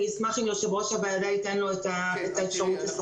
אני אשמח אם יושב-ראש הוועדה ייתן לו את האפשרות לדבר.